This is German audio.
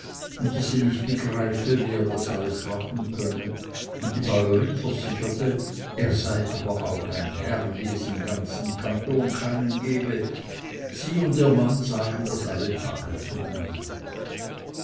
und daß sie nicht begreife wie er alles machen könne und die bäurin versicherte er sei aber auch ein herr wie es im ganzen kanton keinen gebe sie und ihr mann sagen das alle tage